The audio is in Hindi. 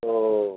तो